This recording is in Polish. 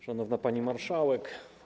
Szanowna Pani Marszałek!